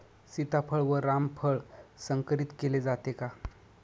सीताफळ व रामफळ संकरित केले जाते का?